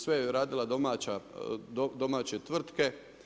Sve je radila domaće tvrtke.